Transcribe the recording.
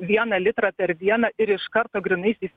vieną litrą per dieną ir iš karto grynaisiais